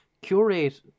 Curate